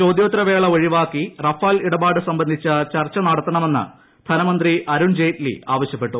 ചോദ്യോത്തരവേള ഒഴിവാക്കി റഫാൽ ഇടപാട് സംബന്ധിച്ച് ചർച്ച നടത്തണമെന്ന് ധനമന്ത്രി അരുൺ ജെയ്റ്റ്ലി ആവശ്യപ്പെട്ടു